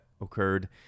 occurred